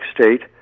State